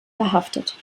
verhaftet